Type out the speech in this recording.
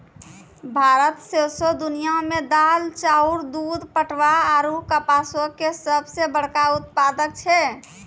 भारत सौंसे दुनिया मे दाल, चाउर, दूध, पटवा आरु कपासो के सभ से बड़का उत्पादक छै